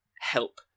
help